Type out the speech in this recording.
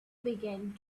began